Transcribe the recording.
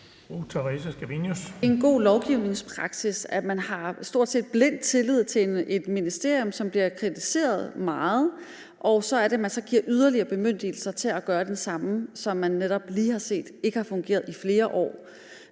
en god lovgivningspraksis, at man har stort set blind tillid til et ministerium, som bliver kritiseret meget, og som man så giver yderligere bemyndigelser til at gøre det samme, som man netop lige har set ikke har fungeret i flere år?